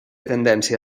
tendència